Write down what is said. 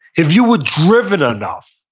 if you were driven enough,